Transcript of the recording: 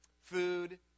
food